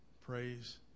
praise